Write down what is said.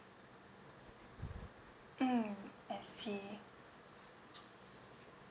mm I see